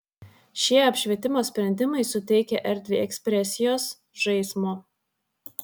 šie apšvietimo sprendimai suteikia erdvei ekspresijos žaismo